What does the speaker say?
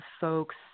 folks